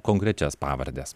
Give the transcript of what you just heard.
konkrečias pavardes